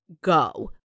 go